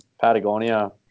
Patagonia